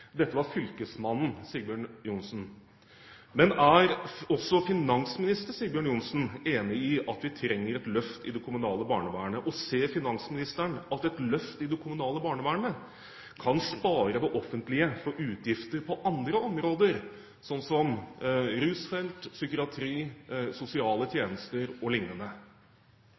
Dette var fylkesmannen Sigbjørn Johnsen. Er også finansministeren Sigbjørn Johnsen enig i at vi trenger et løft i det kommunale barnevernet? Ser finansministeren at et løft i det kommunale barnevernet kan spare det offentlige for utgifter på andre områder, som f.eks. rusfeltet, psykiatri, sosiale tjenester